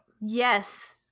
Yes